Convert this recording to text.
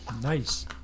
Nice